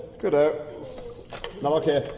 goodo now look here,